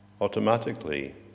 automatically